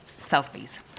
selfies